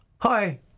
Hi